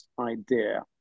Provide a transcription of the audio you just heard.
idea